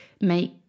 make